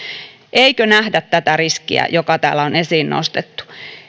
eikö nähdä tätä riskiä joka täällä on esiin nostettu